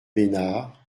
besnard